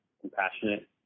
compassionate